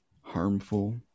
harmful